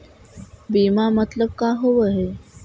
बीमा मतलब का होव हइ?